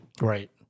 Right